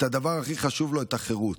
אתה הדבר הכי חשוב לו, את החירות,